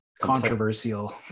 controversial